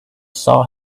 saw